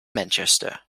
manchester